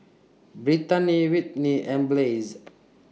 Brittanie Whitney and Blaise